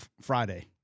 Friday